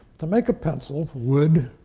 to make a pencil, wood,